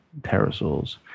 pterosaurs